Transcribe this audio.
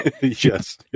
yes